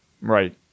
Right